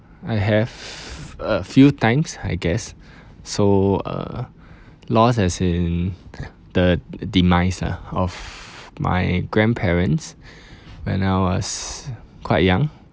I have a few times I guess so uh last as in the demise ah of my grandparents when I was quite young